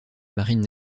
marine